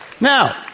Now